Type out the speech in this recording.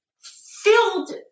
filled